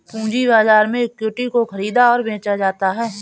पूंजी बाजार में इक्विटी को ख़रीदा और बेचा जाता है